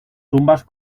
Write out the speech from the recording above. tumbas